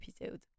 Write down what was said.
episode